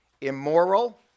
immoral